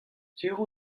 sur